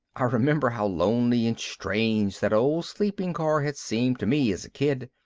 i remembered how lonely and strange that old sleeping car had seemed to me as a kid.